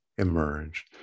emerge